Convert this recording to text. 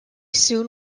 soon